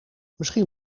misschien